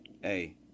Hey